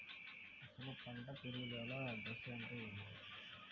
అసలు పంట పెరుగుదల దశ అంటే ఏమిటి?